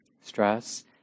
stress